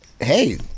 hey